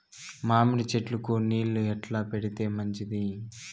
మామిడి చెట్లకు నీళ్లు ఎట్లా పెడితే మంచిది?